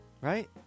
Right